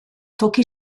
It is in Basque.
toki